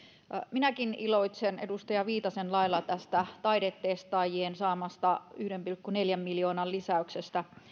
minäkin iloitsen edustaja viitasen lailla tästä taidetestaajien saamasta yhden pilkku neljän miljoonan lisäyksestä